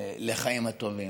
לחיים הטובים.